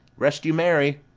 rest you merry!